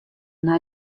nei